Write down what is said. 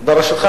ברשותך,